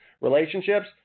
relationships